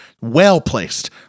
well-placed